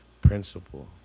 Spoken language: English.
principle